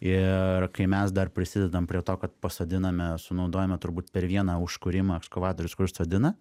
ir kai mes dar prisidedam prie to kad pasodiname sunaudojame turbūt per vieną užkūrimą ekskavatoriaus kuris sodina